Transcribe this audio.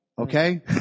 Okay